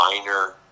minor